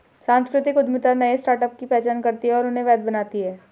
सांस्कृतिक उद्यमिता नए स्टार्टअप की पहचान करती है और उन्हें वैध बनाती है